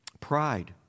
pride